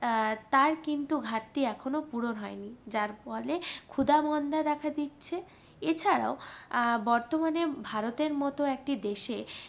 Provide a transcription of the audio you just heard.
তার কিন্তু ঘাটতি এখনো পূরণ হয় নি যার ফলে ক্ষুধা মন্দা দেখা দিচ্ছে এছাড়াও বর্তমানে ভারতের মতো একটি দেশে